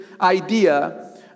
idea